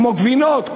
כמו בגבינות,